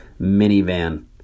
minivan